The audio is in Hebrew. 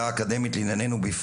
גם בלימודים של מדעי הרוח והחברה,